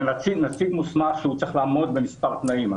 זה נציג מוסמך שצריך לעמוד במספר תנאים.